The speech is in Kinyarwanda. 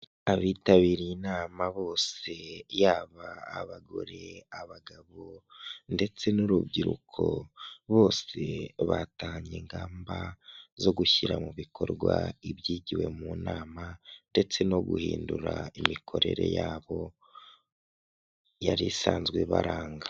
Abitabiriye inama bose, yaba abagore, abagabo ndetse n'urubyiruko, bose batahanye ingamba zo gushyira mu bikorwa, ibyigiwe mu nama ndetse no guhindura imikorere yabo yari isanzwe baranga.